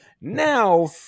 Now